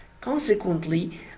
consequently